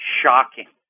shocking